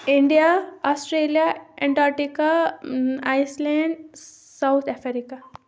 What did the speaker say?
India Australia Antarctica Iceland South Africa